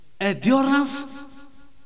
Endurance